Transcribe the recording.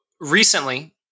recently